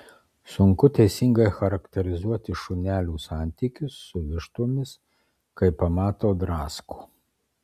sunku teisingai charakterizuoti šunelių santykius su vištomis kai pamato drasko